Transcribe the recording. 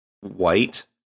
white